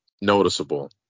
noticeable